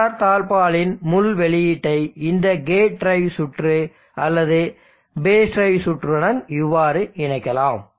SR தாழ்ப்பாளின் முள் வெளியீட்டை இந்த கேட் டிரைவ் சுற்று அல்லது பேஸ் டிரைவ் சுற்றுடன் இவ்வாறு இணைக்கலாம்